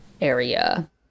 area